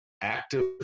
active